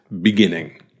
beginning